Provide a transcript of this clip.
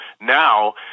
Now